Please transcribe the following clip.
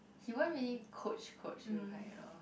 he won't really coach coach you kind you know